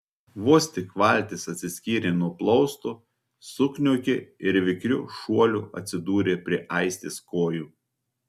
vos tik valtis atsiskyrė nuo plausto sukniaukė ir vikriu šuoliu atsidūrė prie aistės kojų